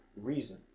reason